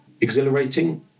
exhilarating